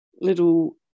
little